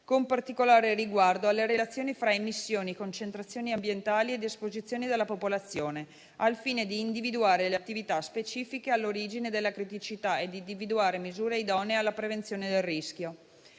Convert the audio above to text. con particolare riguardo alle relazioni fra emissioni, concentrazioni ambientali ed esposizione della popolazione, al fine di individuare le attività specifiche all'origine della criticità e di individuare misure idonee alla prevenzione del rischio.